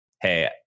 Hey